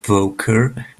poker